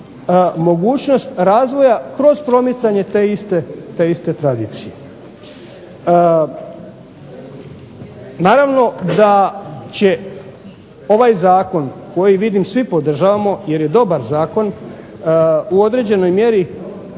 mogućnost razvoja kroz promicanje te iste tradicije. Naravno da će ovaj zakon, koji vidim svi podržavamo jer je dobar zakon, u određenoj mjeri